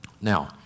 Now